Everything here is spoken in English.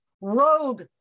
rogue